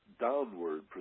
downward